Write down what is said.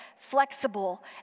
flexible